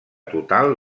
total